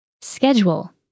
Schedule